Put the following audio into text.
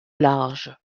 large